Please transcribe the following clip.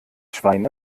schwein